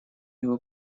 его